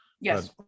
yes